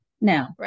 Now